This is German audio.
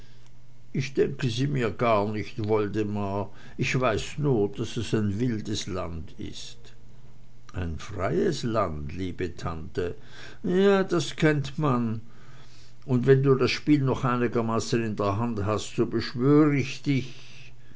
ich denke sie mir gar nicht woldemar ich weiß nur daß es ein wildes land ist ein freies land liebe tante ja das kennt man und wenn du das spiel noch einigermaßen in der hand hast so beschwör ich dich